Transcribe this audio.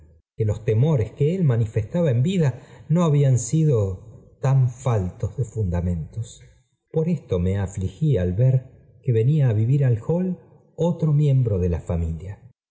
que los temores que él manifestaba en vida no habían sido tan faltos de fundamentos por esto me afligí al ver que venía á vivir al hall otro miembro de la familia